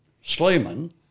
Sleeman